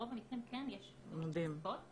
ברוב המקרים כן יש עבירות נוספות.